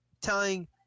telling